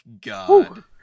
God